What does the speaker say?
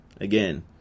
Again